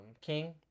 King